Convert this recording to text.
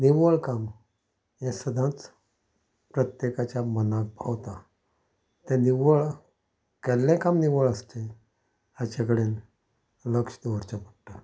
निवळ काम हें सदांच प्रत्येकाच्या मनाक भावता तें निवळ केल्लें काम निवळ आसचें हाचें कडेन लक्ष दवरचें पडटा